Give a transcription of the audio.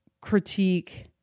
critique